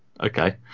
okay